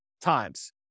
times